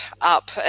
up